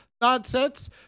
nonsense